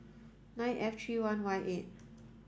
nine F three one Y eight